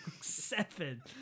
seven